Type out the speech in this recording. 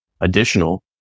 additional